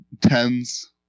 tens